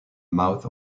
mouth